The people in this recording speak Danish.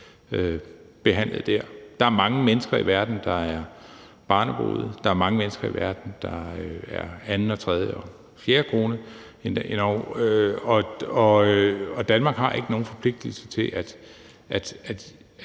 behandlet der. Der er mange mennesker i verden, der er barnebrude, der er mange mennesker i verden, der er anden og tredje og fjerde kone endog, og Danmark har ikke nogen forpligtelse til at